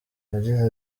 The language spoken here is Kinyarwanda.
yagize